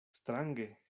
strange